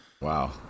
Wow